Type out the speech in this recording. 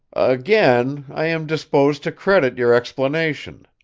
again, i am disposed to credit your explanation,